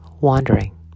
wandering